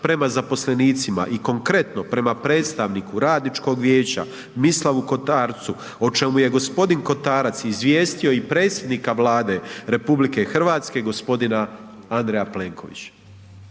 prema zaposlenicima i konkretno prema predstavniku radničkog vijeća Mislavu Kotarcu o čemu je gospodin Kotarac izvijestio i predsjednika Vlade RH, gospodina Andreja Plenkovića?“.